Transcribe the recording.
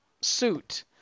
suit